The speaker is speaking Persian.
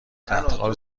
تختخواب